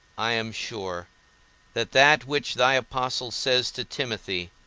i am sure that that which thy apostle says to timothy,